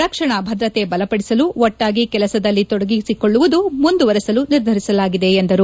ರಕ್ಷಣಾ ಭದ್ರತೆ ಬಲಪಡಿಸಲು ಒಟ್ಟಾಗಿ ಕೆಲಸದಲ್ಲಿ ತೊಡಗಿಸಿಕೊಳ್ಳುವುದನ್ನು ಮುಂದುವರಿಸಲು ನಿರ್ಧರಿಸಲಾಗಿದೆ ಎಂದರು